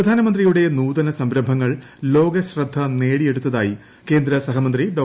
പ്രധാനമന്ത്രിയുടെ നൂതന സംരംഭങ്ങൾ ലോകശ്രദ്ധ്യ ്നേടിയെടുത്തായി കേന്ദ്ര സഹമന്ത്രി ഡോ